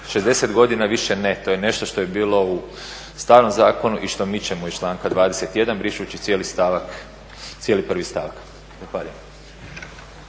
60 godina više ne, to je nešto što je bilo u starom zakonu i što mičemo iz članka 21.brišući cijeli prvi stavak.